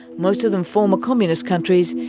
most of them former communist countries,